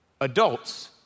adults